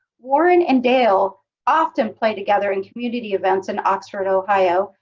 warren and dale often play together in community events in oxford, ohio,